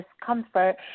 discomfort